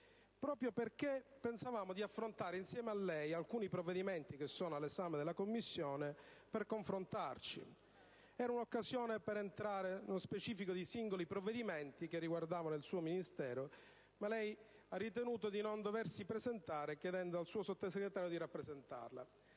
proprio perché pensavamo di affrontare insieme a lei alcuni provvedimenti che sono all'esame della Commissione, per confrontarci e per avere un'occasione di entrare nello specifico di singoli provvedimenti che riguardano il suo Ministero. Lei ha però ritenuto di non doversi presentare, chiedendo al suo Sottosegretario di rappresentarla: